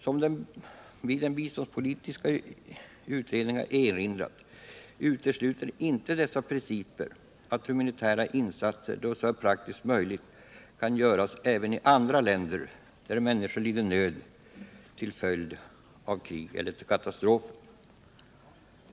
Som biståndspolitiska utredningen erinrar om, utesluter dessa principer inte att humanitära biståndsinsatser där så är praktiskt möjligt kan göras även i andra länder där människor lider nöd till följd av krig eller katastrofer.